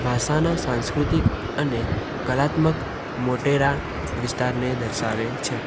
ભાસાના સાંસ્કૃતિક અને કલાત્મક મોટેરા વિસ્તારને દર્શાવે છે